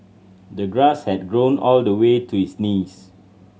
the grass had grown all the way to his knees